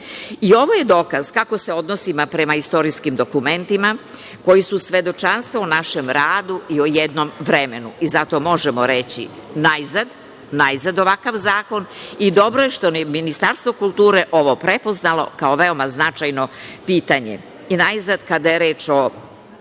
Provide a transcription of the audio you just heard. je dokaz kako se odnosimo prema istorijskim dokumentima koji su svedočanstvo o našem radu i o jednom vremenu. I zato možemo reći - najzad ovakav zakon. Dobro je što je Ministarstvo kulture ovo prepoznalo kao veoma značajno pitanje. Kada je reč o